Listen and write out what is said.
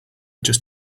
just